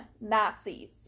Nazis